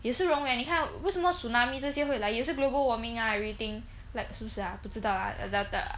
也是人为你看为什么 tsunami 这些会来也是 global warming ah everything like 是不是 ah 不知道 lah